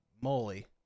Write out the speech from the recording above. moly